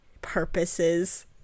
Purposes